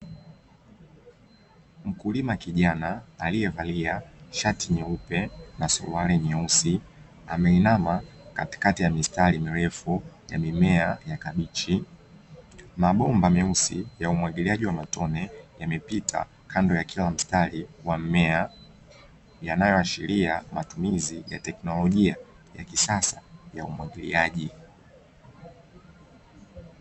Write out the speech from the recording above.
Mkulima kijana aliyevalia shati nyeupe na suruali nyeusi ameinama katikati ya mistari mirefu ya mimea ya kabichi. Mabomba meusi ya umwagiliaji wa matone yamepita kando ya kila mstari wa mmea, yanayoashiria matumizi ya teknolojia ya kisasa ya umwagiliaji.